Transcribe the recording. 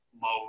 mode